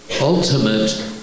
ultimate